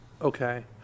Okay